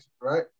right